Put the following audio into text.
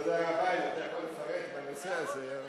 תודה רבה, אם אתה יכול לפרט בנושא הזה.